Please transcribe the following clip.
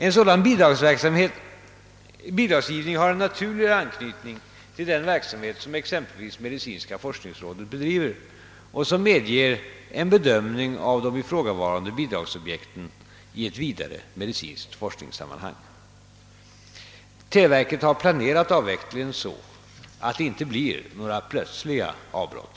En sådan bidragsgivning har en naturligare anknytning till den verksamhet som exempelvis medicinska forskningsrådet bedriver och som medger en bedömning av de ifrågavarande bidragsobjekten i ett vidare medicinskt forskningssammanhang. Televerket har planerat avvecklingen så att det inte blir plötsliga avbrott.